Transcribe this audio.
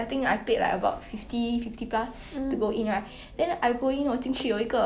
oh